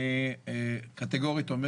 אני קטגורית אומר